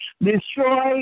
Destroy